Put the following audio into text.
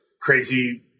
crazy